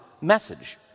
message